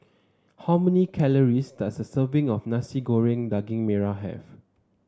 how many calories does a serving of Nasi Goreng Daging Merah have